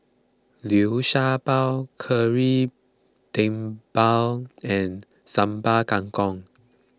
Liu Sha Bao Kari Debal and Sambal Kangkong